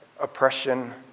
oppression